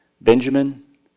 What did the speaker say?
Benjamin